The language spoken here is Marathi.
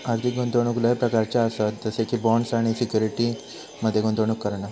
आर्थिक गुंतवणूक लय प्रकारच्ये आसत जसे की बॉण्ड्स आणि सिक्युरिटीज मध्ये गुंतवणूक करणा